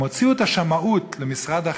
הם הוציאו את השמאות למשרד המשפטים.